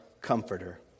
comforter